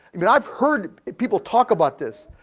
i mean, i've heard people talk about this.